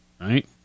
right